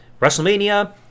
WrestleMania